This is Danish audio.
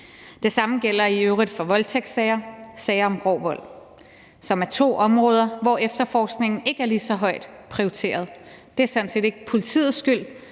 Det samme gælder i øvrigt for voldtægtssager og sager om grov vold, som er to områder, hvor efterforskningen ikke er lige så højt prioriteret. Det er sådan set ikke politiets skyld;